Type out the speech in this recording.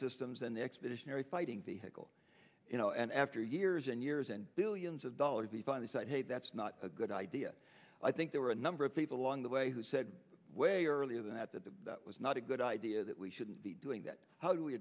systems and expeditionary fighting vehicle you know and after years and years and billions of dollars they finally said hey that's not a good idea i think there were a number of people along the way who said way or earlier that the that was not a good idea that we shouldn't be doing that how do we